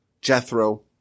Jethro